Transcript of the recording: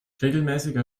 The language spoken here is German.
regelmäßiger